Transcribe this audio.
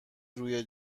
روی